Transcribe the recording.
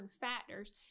factors